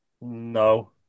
No